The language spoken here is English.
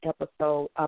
episode